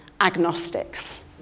agnostics